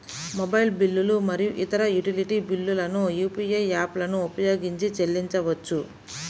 mobile బిల్లులు మరియు ఇతర యుటిలిటీ బిల్లులను యూ.పీ.ఐ యాప్లను ఉపయోగించి చెల్లించవచ్చు